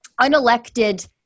unelected